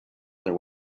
other